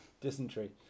Dysentery